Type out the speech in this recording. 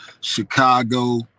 Chicago